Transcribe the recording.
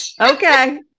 Okay